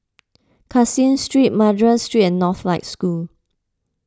Caseen Street Madras Street and Northlight School